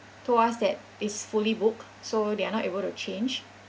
told us that it's fully booked so they are not able to change